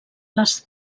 les